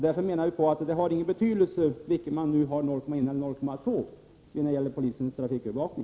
Därför har det inte någon betydelse för polisens trafikövervakning om gränsen är 0,1 eller 0,2 co.